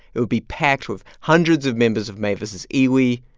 it would be packed with hundreds of members of mavis' iwi.